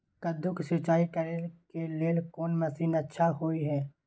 कद्दू के सिंचाई करे के लेल कोन मसीन अच्छा होय है?